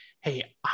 Hey